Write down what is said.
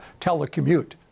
telecommute